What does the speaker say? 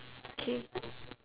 okay